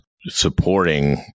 supporting